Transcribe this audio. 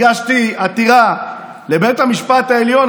הגשתי עתירה לבית המשפט העליון,